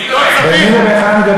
מי נואם?